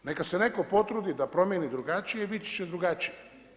Neka se netko potrudi da promijeni drugačije, bit će drugačije.